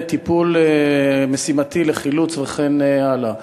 לטיפול משימתי לחילוץ וכן הלאה.